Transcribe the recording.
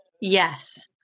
Yes